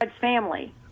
family